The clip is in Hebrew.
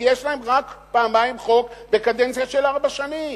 כי יש להם רק פעמיים חוק בקדנציה של ארבע שנים.